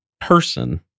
person